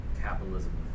capitalism